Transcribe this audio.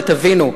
ותבינו,